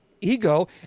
ego